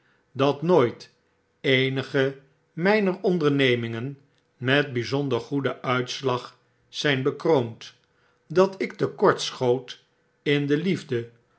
dat nooit eenige mjjner ondernemingen met bijzonder goeden uitslag zyn bekroond dat ik te kort schoot in de liefde